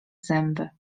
zęby